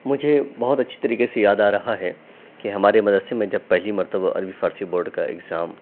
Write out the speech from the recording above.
مجھے بہت اچھی طریقے سے یاد آ رہا ہے کہ ہمارے مدرسے میں جب پہلی مرتبہ عربی فارسی بورڈ کا ایگژام